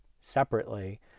separately